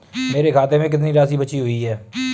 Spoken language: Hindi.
मेरे खाते में कितनी राशि बची हुई है?